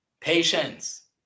Patience